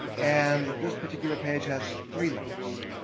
and this particular page has three links.